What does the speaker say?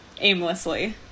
aimlessly